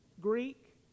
Greek